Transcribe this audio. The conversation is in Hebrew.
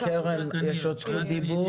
לקרן יש עוד זכות דיבור,